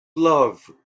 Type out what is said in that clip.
love